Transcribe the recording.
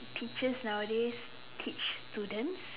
teachers nowadays teach students